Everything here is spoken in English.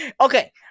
Okay